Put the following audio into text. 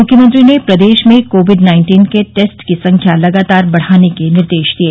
मुख्यमंत्री ने प्रदेश में कोविड नाइन्टीन के टेस्ट की संख्या लगातार बढ़ाने के निर्देश दिये